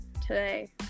today